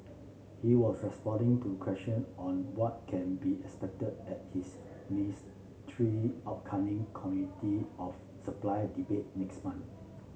he was responding to question on what can be expected at his ministry upcoming Committee of Supply debate next month